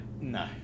No